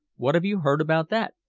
what have you heard about that?